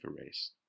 Erased